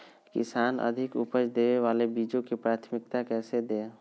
किसान अधिक उपज देवे वाले बीजों के प्राथमिकता कैसे दे?